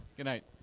goodnight